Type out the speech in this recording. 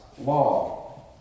law